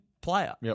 player